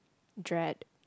dread